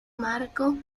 marco